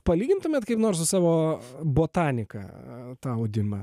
palygintumėt kaip nors su savo botanika tą audimą